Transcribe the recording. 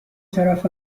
طرف